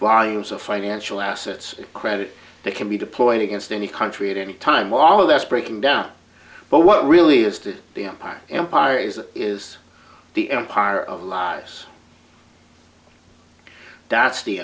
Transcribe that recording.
volume so financial assets credit that can be deployed against any country at any time although that's breaking down but what really is to be empire empire as is the empire of laos that's the